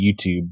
youtube